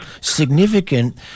significant